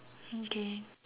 okay